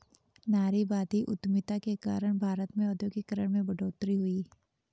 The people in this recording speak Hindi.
नारीवादी उधमिता के कारण भारत में औद्योगिकरण में बढ़ोतरी हुई